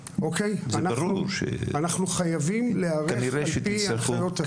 אנחנו חייבים להיערך על פי הנחיות הצו, חבר הכנסת.